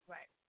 Right